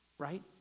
right